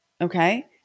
Okay